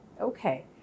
Okay